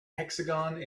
hexagon